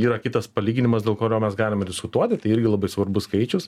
yra kitas palyginimas dėl korio mes galime diskutuoti tai irgi labai svarbus skaičius